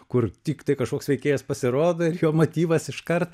kur tiktai kažkoks veikėjas pasirodo ir jo motyvas iškart